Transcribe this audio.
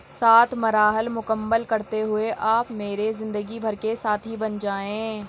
سات مراحل مکمل کرتے ہوئے آپ میرے زندگی بھر کے ساتھی بن جائیں